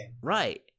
Right